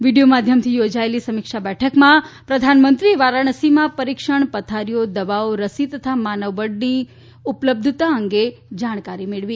video માધ્યમથી યોજાયેલી સમીક્ષા બેઠકમાં પ્રધાનમંત્રીએ વારાણસીમાં પરીક્ષણ પથારીઓ દવાઓ રસી તથા માનવબળની ઉપલબ્ધતા અંગે જાણકારી મેળવી